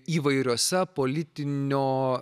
įvairiose politinio